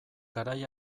garai